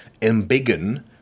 embiggen